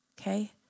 okay